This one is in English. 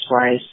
twice